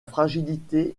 fragilité